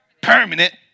permanent